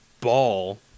ball